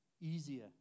easier